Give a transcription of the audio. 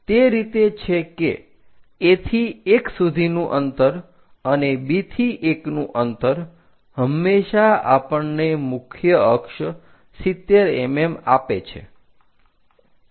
તે રીતે છે કે A થી 1 નું અંતર અને B થી 1 નું અંતર હંમેશા આપણને મુખ્ય અક્ષ 70 mm આપે છે